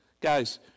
Guys